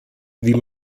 wie